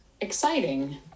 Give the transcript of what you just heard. exciting